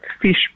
fish